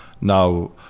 now